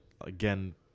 again